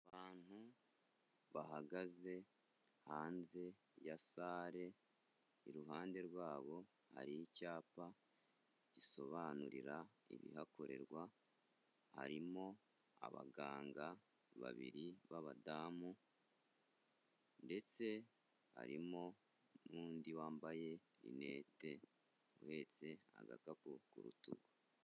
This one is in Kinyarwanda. Abantu bahagaze hanze ya sale iruhande rwabo hari icyapa gisobanurira ibihakorerwa, harimo abaganga babiri b'abadamu ndetse harimo n'undi wambaye rinete uhetse agakapu ku rutugu.